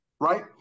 right